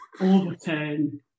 overturn